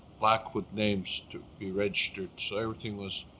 blackfoot names to be registered so everything was